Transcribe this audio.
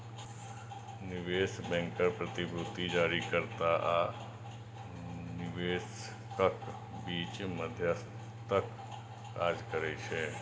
निवेश बैंकर प्रतिभूति जारीकर्ता आ निवेशकक बीच मध्यस्थक काज करै छै